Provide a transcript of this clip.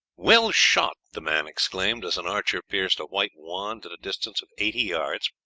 well shot! the man exclaimed, as an archer pierced a white wand at a distance of eighty yards.